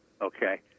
Okay